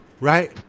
right